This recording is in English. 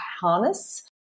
harness